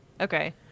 Okay